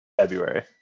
February